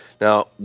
now